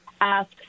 ask